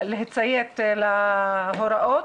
ולציית להוראות,